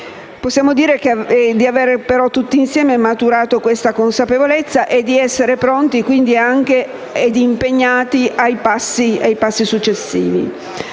Possiamo dire, però, di aver tutti insieme maturato questa consapevolezza e di essere pronti e impegnati per i passi successivi.